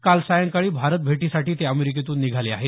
काल सायंकाळी भारत भेटीसाठी ते अमेरिकेतून निघाले आहेत